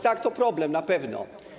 Tak, to problem na pewno.